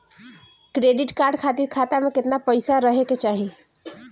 Credit card खातिर खाता में केतना पइसा रहे के चाही?